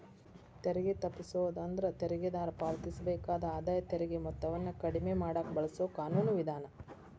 ತೆರಿಗೆ ತಪ್ಪಿಸೋದು ಅಂದ್ರ ತೆರಿಗೆದಾರ ಪಾವತಿಸಬೇಕಾದ ಆದಾಯ ತೆರಿಗೆ ಮೊತ್ತವನ್ನ ಕಡಿಮೆ ಮಾಡಕ ಬಳಸೊ ಕಾನೂನು ವಿಧಾನ